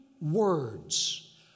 words